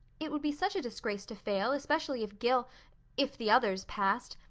it would be such a disgrace to fail, especially if gil if the others passed.